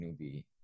newbie